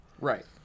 Right